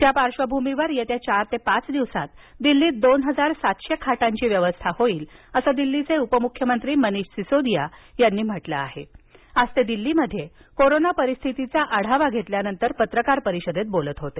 त्या पार्श्वभूमीवर येत्या चार ते पाच दिवसात दिल्लीत दोन हजार सातशे खाटांची व्यवस्था होईल असं दिल्लीचे उपमुख्यमंत्री मनीष सिसोदिया यांनी म्हटलं आहे आज ते दिल्लीमध्ये कोरोना परिस्थितीचा आढावा घेतल्यानंतर पत्रकार परिषदेत बोलत होते